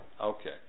Okay